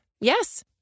Yes